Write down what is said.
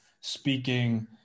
speaking